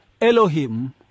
Elohim